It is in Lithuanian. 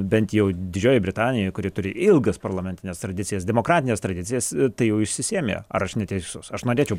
bent jau didžioji britanija kuri turi ilgas parlamentines tradicijas demokratines tradicijas tai jau išsisėmė ar aš neteisus aš norėčiau